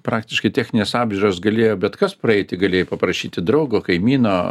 praktiškai technines apžiūras galėjo bet kas praeiti galėjai paprašyti draugo kaimyno